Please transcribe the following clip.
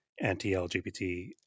anti-LGBT